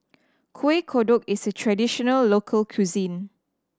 Kueh Kodok is a traditional local cuisine